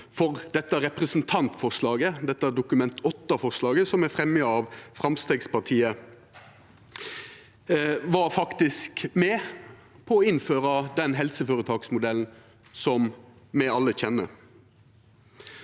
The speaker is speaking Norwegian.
dette Dokument 8-forslaget som er fremja av Framstegspartiet, faktisk var med på å innføra den helseføretaksmodellen me alle kjenner.